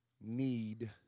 need